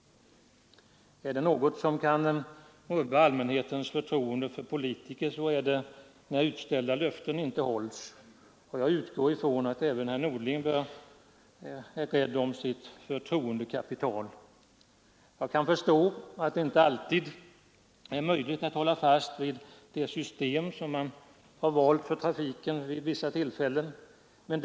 Är det något som kan rubba allmänhetens förtroende för politiker så är det när utställda löften inte hålls, och jag utgår ifrån att även herr Norling är rädd om sitt förtroendekapital. Jag kan förstå att det inte alltid är möjligt att hålla fast vid det system som man har valt för trafiken vid vissa tillfällen.